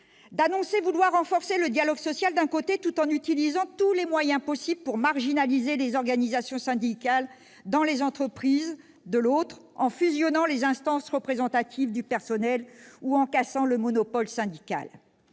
d'annoncer vouloir renforcer le dialogue social et d'utiliser, dans le même temps, tous les moyens possibles pour marginaliser les organisations syndicales dans les entreprises, par exemple, en fusionnant les instances représentatives du personnel ou en cassant le monopole syndical.